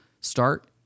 Start